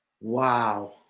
Wow